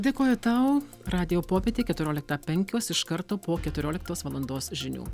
dėkoju tau radijo popietė keturioliktą penkios iš karto po keturioliktos valandos žinių